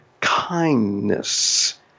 kindness